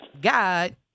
God